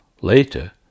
Later